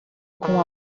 com